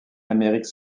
amérique